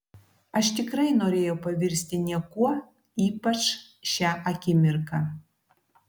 aš tikrai norėjau pavirsti niekuo ypač šią akimirką